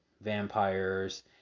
vampires